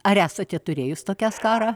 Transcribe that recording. ar esate turėjus tokią skarą